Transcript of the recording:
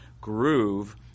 groove